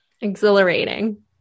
Exhilarating